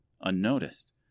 unnoticed